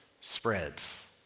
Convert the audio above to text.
spreads